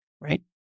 Right